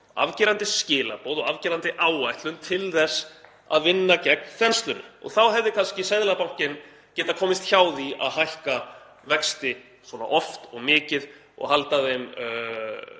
afgerandi skilaboð og afgerandi áætlun til þess að vinna gegn þenslunni. Þá hefði kannski Seðlabankinn getað komist hjá því að hækka vexti svona oft og mikið og halda þeim